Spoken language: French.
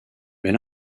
mais